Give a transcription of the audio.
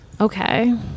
okay